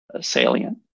salient